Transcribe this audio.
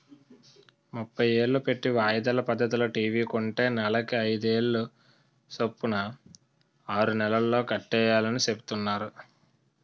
ముప్పై ఏలు పెట్టి వాయిదాల పద్దతిలో టీ.వి కొంటే నెలకి అయిదేలు సొప్పున ఆరు నెలల్లో కట్టియాలని సెప్తున్నారు